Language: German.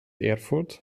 erfurt